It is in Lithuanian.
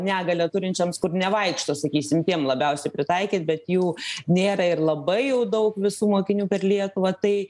negalią turinčioms kur nevaikšto sakysim tiem labiausiai pritaikyt bet jų nėra ir labai jau daug visų mokinių per lietuvą tai